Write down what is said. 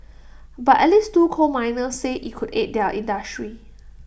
but at least two coal miners say IT could aid their industry